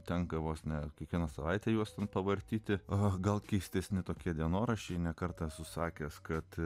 tenka vos ne kiekvieną savaitę juos pavartyti o gal keistesni tokie dienoraščiai ne kartą esu sakęs kad